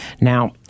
Now